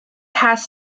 has